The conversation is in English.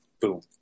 boom